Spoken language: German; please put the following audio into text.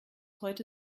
heute